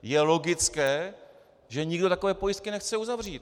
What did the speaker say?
Je logické, že nikdo takové pojistky nechce uzavřít.